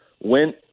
went